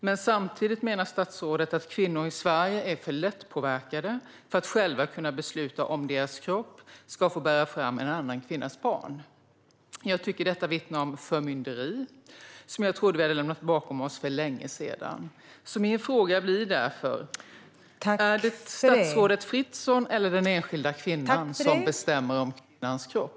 Men samtidigt menar statsrådet att kvinnor i Sverige är för lättpåverkade för att själva kunna besluta om deras kropp ska få bära fram en annan kvinnas barn. Jag tycker att detta vittnar om ett förmynderi som jag trodde att vi hade lämnat bakom oss för länge sedan. Min fråga blir därför: Är det statsrådet Fritzon eller den enskilda kvinnan som bestämmer om kvinnans kropp?